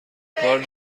کار